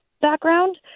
background